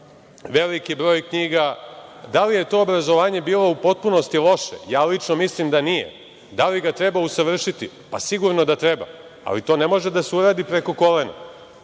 veliki broj knjiga. Da li je to obrazovanje bilo u potpunosti loše? Lično mislim da nije. Da li ga treba usavršiti? Sigurno da treba, ali to ne može da se uradi preko kolena.